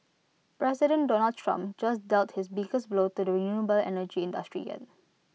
President Donald Trump just dealt his biggest blow to the renewable energy industry yet